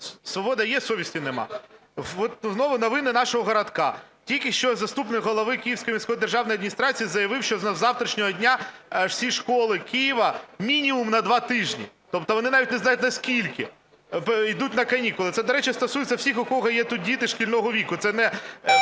Свобода є – совісті немає. От знову новини нашого городка. Тільки що заступник голови Київської міської державної адміністрації заявив, що з завтрашнього дня всі школи Києва мінімум на два тижні, тобто вони навіть не знають на скільки, йдуть на канікули. Це, до речі, стосується всіх, у кого є тут діти шкільного віку,